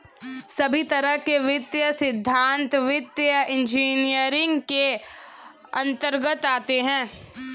सभी तरह के वित्तीय सिद्धान्त वित्तीय इन्जीनियरिंग के अन्तर्गत आते हैं